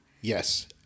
Yes